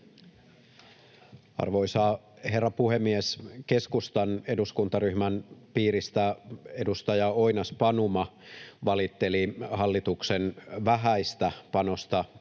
Arvoisa herra puhemies! Keskustan eduskuntaryhmän piiristä edustaja Oinas-Panuma valitteli hallituksen vähäistä panosta pienten